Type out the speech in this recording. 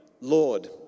Lord